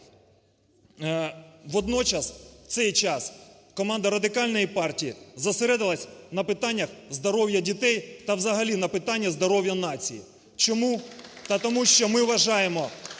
Водночас, в цей час команда Радикальної партії зосередилася на питаннях здоров'я дітей та взагалі на питанні здоров'я нації. Чому? Та тому що ми вважаємо